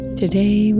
today